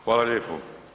Hvala lijepo.